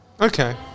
Okay